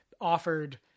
offered